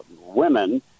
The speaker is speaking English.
women